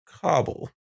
cobble